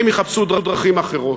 הם יחפשו דרכים אחרות.